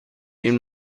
این